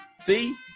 See